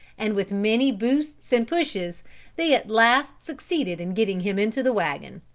and with many boosts and pushes they at last succeeded in getting him into the wagon.